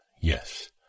yes